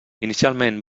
inicialment